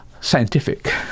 scientific